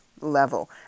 level